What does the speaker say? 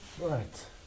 Right